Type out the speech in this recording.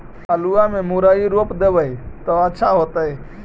आलुआ में मुरई रोप देबई त अच्छा होतई?